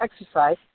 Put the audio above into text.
exercise